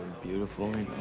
beautiful,